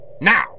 now